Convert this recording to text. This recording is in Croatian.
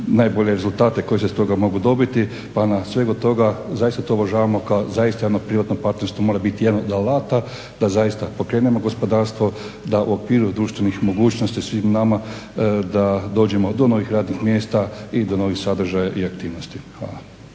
najbolje rezultate koji se iz toga mogu dobiti pa nakon svega toga zaista to uvažavamo kao … javno-privatno partnerstvo mora biti jedan od alata da pokrenemo gospodarstvo da u okviru društvenih mogućnosti svim nama da dođemo do novih radnih mjesta i do novih sadržaja i aktivnosti. Hvala.